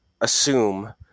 assume